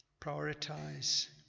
prioritize